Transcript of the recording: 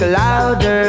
louder